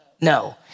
No